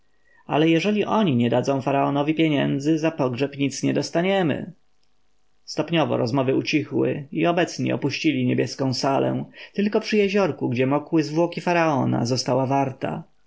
ale jeżeli oni nie dadzą faraonowi pieniędzy za pogrzeb nic nie dostaniemy stopniowo rozmowy ucichły i obecni opuścili niebieską salę tylko przy jeziorku gdzie mokły zwłoki faraona została warta